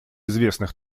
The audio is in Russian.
известных